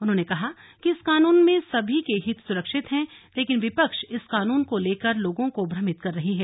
उन्होंने कहा कि इस कानून में सभी के हित सुरक्षित हैं लेकिन विपक्ष इस कानून को लेकर लोगों को भ्रमित कर रही है